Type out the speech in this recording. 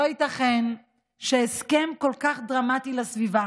לא ייתכן שהסכם כל כך דרמטי לסביבה,